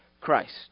Christ